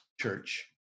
church